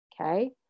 Okay